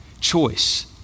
choice